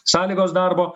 sąlygos darbo